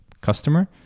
customer